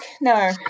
no